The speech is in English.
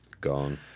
Gone